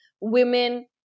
women